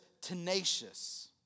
Tenacious